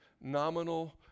nominal